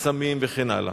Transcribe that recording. סמים וכן הלאה.